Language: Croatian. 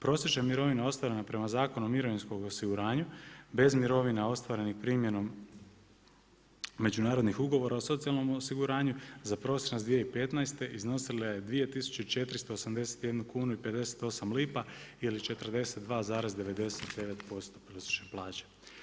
Prosječna mirovina ostvarena prema Zakonu o mirovinskom osiguranju bez mirovina ostvarenih primjenom međunarodnih ugovora o socijalnom osiguranju za prosinac 2015. iznosila je 2481 kunu i 58 lipa ili 42,99% prosječne plaće.